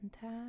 time